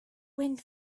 wind